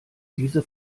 diese